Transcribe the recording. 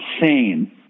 insane